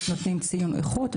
נותנים ציון איכות,